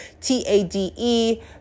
T-A-D-E